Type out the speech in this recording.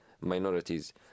minorities